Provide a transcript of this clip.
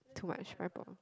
too much pineapple